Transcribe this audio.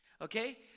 Okay